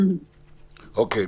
אוקיי.